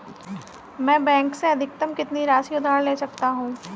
मैं बैंक से अधिकतम कितनी राशि उधार ले सकता हूँ?